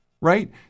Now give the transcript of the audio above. right